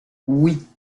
oui